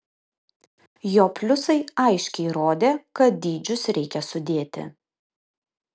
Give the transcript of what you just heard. jo pliusai aiškiai rodė kad dydžius reikia sudėti